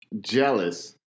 jealous